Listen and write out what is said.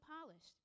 polished